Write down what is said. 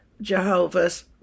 Jehovah's